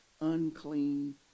unclean